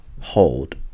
hold